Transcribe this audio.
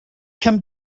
come